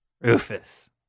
Rufus